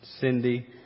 Cindy